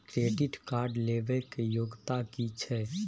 Credit card लेबै के योग्यता कि छै?